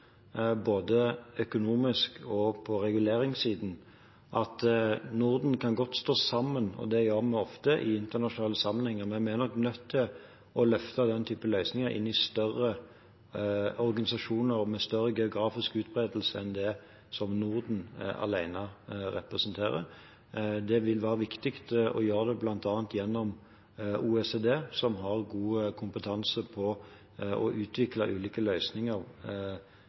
både økonomisk og på reguleringssiden, at Norden kan godt stå sammen, og det gjør man ofte i internasjonale sammenhenger. Vi er nok nødt til å løfte den typen løsninger inn i større organisasjoner og med større geografisk utbredelse enn det som Norden alene representerer. Det vil være viktig å gjøre det bl.a. gjennom OECD, som har god kompetanse på å utvikle ulike løsninger